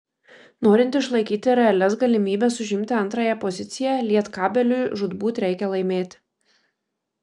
norint išlaikyti realias galimybes užimti antrąją poziciją lietkabeliui žūtbūt reikia laimėti